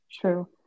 true